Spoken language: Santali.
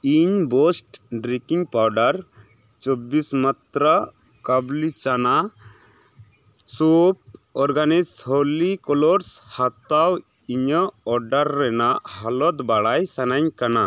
ᱤᱧ ᱵᱳᱥᱴ ᱰᱨᱤᱠᱤᱝ ᱯᱟᱣᱰᱟᱨ ᱪᱚᱵᱽᱵᱤᱥ ᱢᱟᱛᱨᱟ ᱠᱟᱵᱽᱞᱤ ᱪᱟᱱᱟ ᱥᱩᱯ ᱚᱨᱜᱟᱱᱤᱡᱽ ᱦᱳᱞᱤ ᱠᱟᱞᱟᱨᱥ ᱦᱟᱛᱟᱣ ᱤᱧᱟᱹᱜ ᱚᱰᱟᱨ ᱨᱮᱭᱟᱜ ᱦᱟᱞᱚᱛ ᱵᱟᱲᱟᱭ ᱥᱟᱱᱟᱧ ᱠᱟᱱᱟ